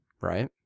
right